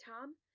Tom